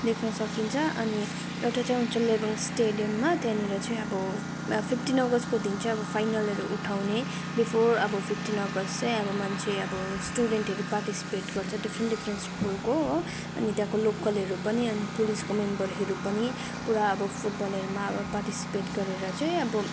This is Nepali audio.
देख्न सकिन्छ अनि एउटा चाहिँ हुन्छ लेबोङ स्टेडियममा त्यहाँनिर चाहिँ अब फिप्टिन अगस्तको दिन चाहिँ अब फाइनलहरू उठाउने बिफोर अब फिप्टिन अगस्त चाहिँ अब मान्छे अब स्टुडेन्टहरू पार्टिसिपेट गर्छ डिफ्रेन्ट डिफ्रेन्ट स्कुलको हो अनि त्यहाँको लोकलहरू पनि अनि पुलिसको मेम्बरहरू पनि पुरा अब फुटबलहरूमा अब पार्टिसिपेट गरेर चाहिँ अब